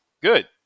good